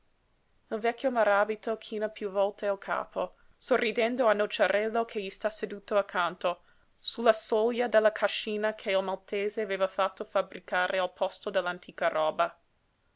il vecchio maràbito china piú volte il capo sorridendo a nociarello che gli sta seduto accanto sulla soglia della cascina che il maltese aveva fatto fabbricare al posto dell'antica roba